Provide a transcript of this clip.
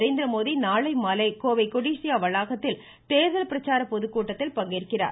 நரேந்திரமோடி நாளை மாலை கோவை கொடிசியா வளாகத்தில் தேர்தல் பிரச்சார பொதுக்கூட்டத்தில் பங்கேற்கிறார்